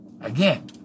Again